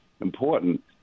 important